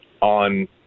on